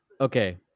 okay